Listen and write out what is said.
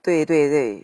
对对对